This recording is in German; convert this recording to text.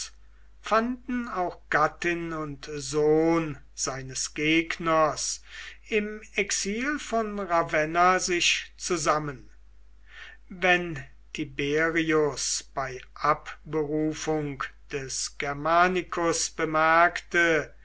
fanden auch gattin und sohn seines gegners im exil von ravenna sich zusammen wenn tiberius bei abberufung des germanicus bemerkte